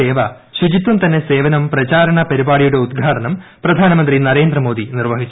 സേവ ശുചിത്വം തന്നെ സേവനം പ്രചരണ പരിപാടിയുടെ ഉദ്ഘാടനം പ്രധാനമന്ത്രി നരേന്ദ്രമോദി നിർവ്വഹിച്ചു